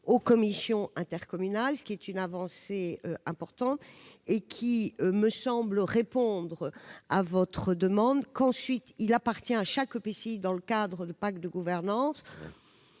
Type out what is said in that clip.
aux commissions intercommunales. Cette avancée importante me semble répondre à votre demande. En outre, il appartient à chaque EPCI, dans le cadre du pacte de gouvernance,